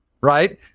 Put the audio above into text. right